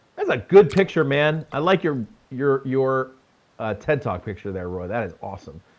that's a good picture, man. i like your, your your ah ted talk picture there, roy. that is awesome.